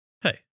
Hey